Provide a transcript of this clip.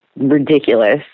ridiculous